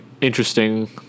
interesting